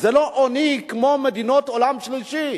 זה לא עוני כמו במדינות עולם שלישי.